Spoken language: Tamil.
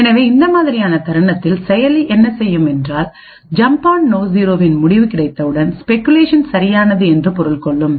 எனவே இந்த மாதிரியான தருணத்தில் செயலி என்ன செய்யும் என்றால் ஜம்ப் ஆண் நோ 0 வின் முடிவு கிடைத்தவுடன் ஸ்பெகுலேஷன் சரியானது என்று பொருள் கொள்ளும்